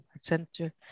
center